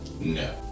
No